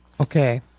Okay